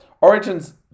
Origin's